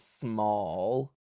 small